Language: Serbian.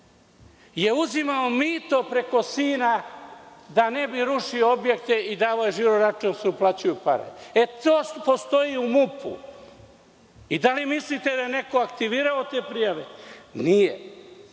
je uzimao mito preko sina da ne bi rušio objekte i davao je žiro račun da se uplaćuju pare? To postoji u MUP i da li mislite da je neko aktivirao te prijave? Nije.